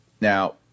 Now